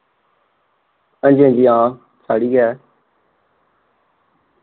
हांजी हांजी हां साढ़ी गै